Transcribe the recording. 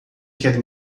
quer